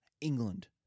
England